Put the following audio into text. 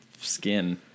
skin